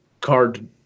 card